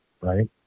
right